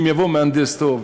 אם יבוא מהנדס טוב,